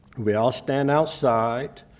we all stand outside.